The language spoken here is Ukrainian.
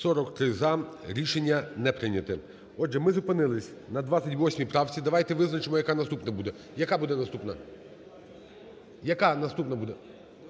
За-43 Рішення не прийнято. Отже, ми зупинились на 28 правці. Давайте визначимо, яка наступна буде. Яка буде